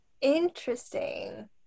Interesting